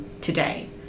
today